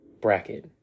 bracket